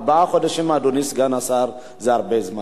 ארבעה חודשים, אדוני סגן השר, זה הרבה זמן.